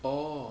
oh